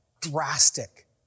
drastic